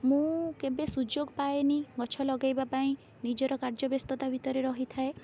ମୁଁ କେବେ ସୁଯୋଗ ପାଏନି ଗଛ ଲଗାଇବା ପାଇଁ ନିଜର କାର୍ଯ୍ୟ ବ୍ୟସ୍ତତା ଭିତରେ ରହିଥାଏ